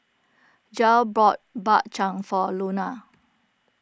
Jair bought Bak Chang for Launa